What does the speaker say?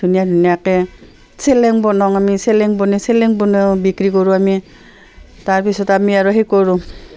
ধুনীয়া ধুনীয়াকৈ চেলেং বনাওঁ আমি চেলেং বনাই চেলেং বনও বিক্ৰী কৰোঁ আমি তাৰপিছত আমি আৰু সেই কৰোঁ